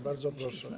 Bardzo proszę.